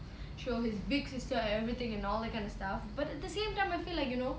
show his big sister everything and all that kind of stuff but at the same time I feel like you know